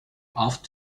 off